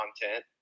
content